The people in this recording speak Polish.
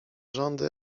rządy